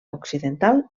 occidental